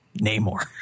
namor